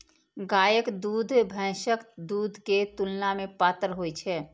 गायक दूध भैंसक दूध के तुलना मे पातर होइ छै